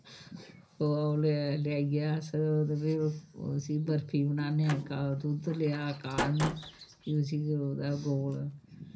खोआ ओह् लेआइयै अस ते फ्ही उस्सी बर्फी बनान्ने दुद्ध लेआ काढ़ना फ्ही उस्सी ओह्दा गोल